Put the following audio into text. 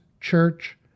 church